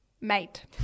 mate